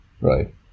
right